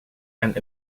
and